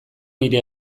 hire